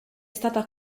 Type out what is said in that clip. stata